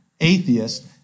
atheist